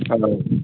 ꯑꯥ